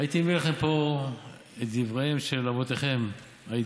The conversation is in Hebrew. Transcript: הייתי מביא לכם פה את דבריהם של אבותיכם האידאולוגיים,